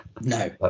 No